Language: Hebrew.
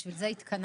בשביל זה התכנסנו.